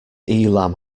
elam